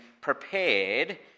prepared